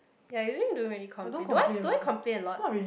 ya usually don't really complain do I do I complain a lot